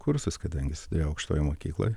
kursus kadangi sėdėjo aukštojoj mokykloj